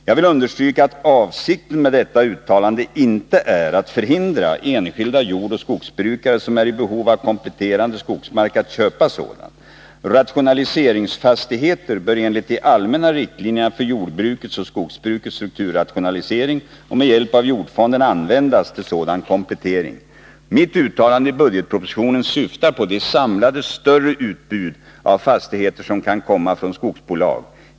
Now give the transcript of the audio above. Jag vill understryka att avsikten med detta uttalande inte är att förhindra enskilda jordoch skogsbrukare som är i behov av kompletterande skogsmark att köpa sådan. Rationaliseringsfastigheter bör enligt de allmänna riktlinjerna för jordbrukets och skogsbrukets strukturrationalisering och med hjälp av jordfonden användas till sådan komplettering. Mitt uttalande i budgetpropositionen syftar på de samlade större utbud av fastigheter som kan komma från skogsbolag.